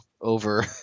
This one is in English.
over